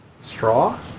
Straw